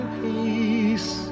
peace